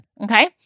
Okay